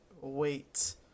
wait